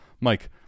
Mike